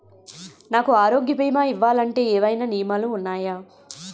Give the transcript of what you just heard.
నాకు ఆరోగ్య భీమా ఇవ్వాలంటే ఏమైనా నియమాలు వున్నాయా?